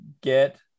get